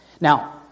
Now